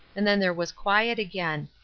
and then there was quiet again.